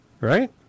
right